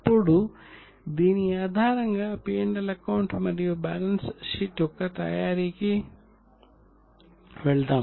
ఇప్పుడు దీని ఆధారంగా P L అకౌంట్ మరియు బ్యాలెన్స్ షీట్ యొక్క తయారీకి వెళ్దాం